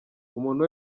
umuntu